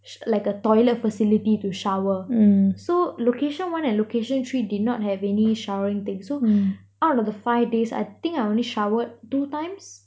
sh~ like a toilet facility to shower so location one and location three did not have any showering thing so out of the five days I think I only showered two times